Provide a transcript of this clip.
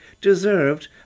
deserved